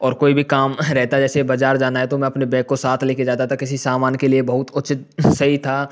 और कोई भी काम रहता जैसे बाज़ार जाता है तो मैं अपने बैग को साथ ले कर जाता था किसी सामान के लिए बहुत उचित सही था